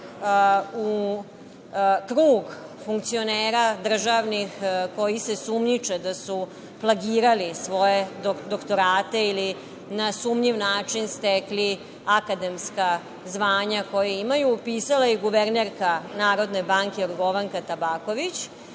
u krug funkcionera državnih koji se sumnjiče da su plagirali svoje doktorate ili na sumnjiv način stekli akademska zvanja koja imaju upisala i guvernerka NBS Jorgovanka Tabaković,